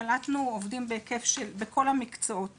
קלטנו עובדים בכל המקצועות